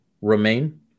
remain